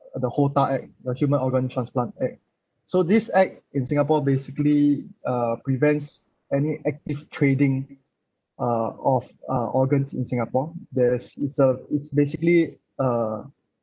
the HOTA act the human organ transplant act so this act in singapore basically uh prevents any active trading uh of uh organs in singapore there's it's a it's basically uh